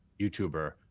YouTuber